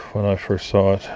when i first saw it